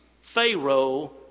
pharaoh